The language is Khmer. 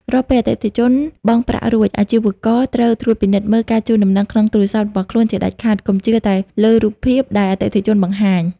រាល់ពេលអតិថិជនបង់ប្រាក់រួច អាជីវករត្រូវពិនិត្យមើល ការជូនដំណឹងក្នុងទូរស័ព្ទ របស់ខ្លួនជាដាច់ខាត កុំជឿតែលើរូបភាព ដែលអតិថិជនបង្ហាញ។